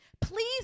Please